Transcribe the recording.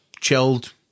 chilled